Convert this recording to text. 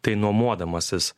tai nuomodamasis